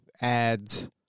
ads